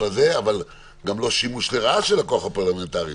אבל גם לא שימוש לרעה בכוח הפרלמנטרי.